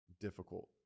difficult